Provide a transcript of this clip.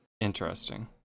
Interesting